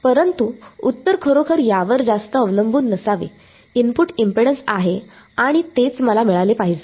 परंतु उत्तर खरोखर यावर जास्त अवलंबून नसावे इनपुट इम्पेडन्स आहे आणि तेच मला मिळाले पाहिजे